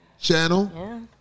channel